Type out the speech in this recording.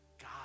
god